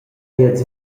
miez